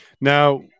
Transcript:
Now